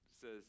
says